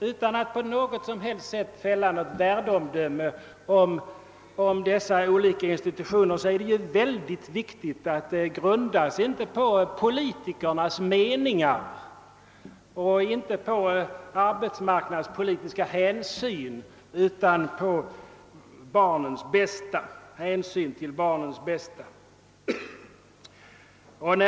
Utan att på något som helst sätt fälla ett värdeomdöme om dessa institutioner vill jag säga att det är väldigt viktigt att deras verksamhet inte grundas på politikernas meningar eller bestäms av arbetsmarknadspolitiska hänsyn utan utgår från hänsynen till barnens bästa.